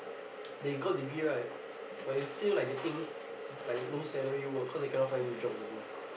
they got degree right but is still like getting like low salary work cause they cannot find any jobs also